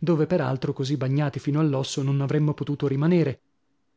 dove per altro così bagnati fino all'osso non avremmo potuto rimanere